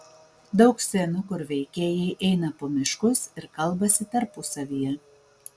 daug scenų kur veikėjai eina po miškus ir kalbasi tarpusavyje